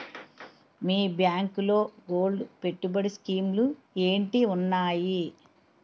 మీ బ్యాంకులో గోల్డ్ పెట్టుబడి స్కీం లు ఏంటి వున్నాయి?